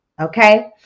Okay